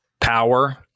Power